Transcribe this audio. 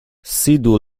sidu